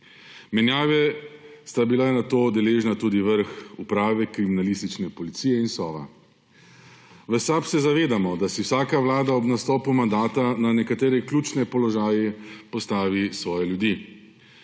Menjave sta bila nato deležna tudi vrh Uprave kriminalistične policije in Sova. V SAB se zavedamo, da si vsaka vlada ob nastopu mandata na nekatere ključne položaje postavi svoje ljudi.